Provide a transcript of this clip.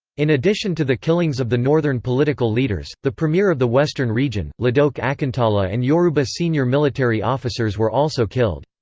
in addition to the killings of the northern political leaders, the premier of the western region, ladoke akintola and yoruba senior military officers were also killed.